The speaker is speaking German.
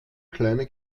kleine